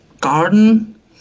garden